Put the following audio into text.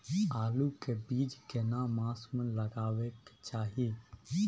आलू के बीज केना मास में लगाबै के चाही?